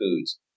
foods